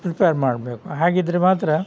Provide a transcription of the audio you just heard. prepare ಮಾಡಬೇಕು ಹಾಗಿದ್ದರೆ ಮಾತ್ರ